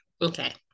Okay